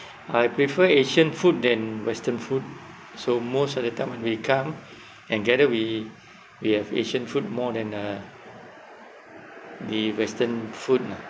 I prefer asian food than western food so most of the time when we come and gather we we have asian food more than uh the western food lah